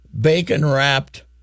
bacon-wrapped